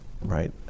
right